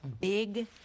big